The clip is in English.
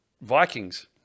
Vikings